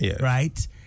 right